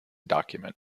document